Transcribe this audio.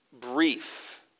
brief